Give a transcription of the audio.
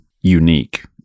unique